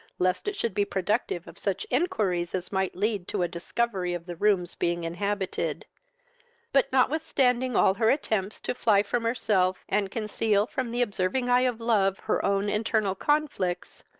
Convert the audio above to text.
lest it should be productive of such inquiries as might lead to a discovery of the rooms being inhabited but, notwithstanding all her attempts to fly from herself, and conceal from the observing eye of love her own internal conflicts,